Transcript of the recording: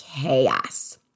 chaos